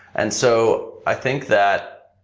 and so i think that,